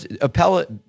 Appellate